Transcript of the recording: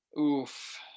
Oof